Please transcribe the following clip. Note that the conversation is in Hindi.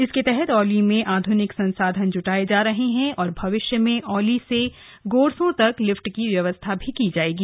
इसके तहत औली में आधुनिक संसाधन जुटाए जा रहे है और भविष्य में औली से गोरसों तक लिफ्ट की व्यवस्था भी की जाएगी